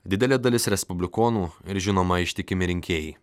didelė dalis respublikonų ir žinoma ištikimi rinkėjai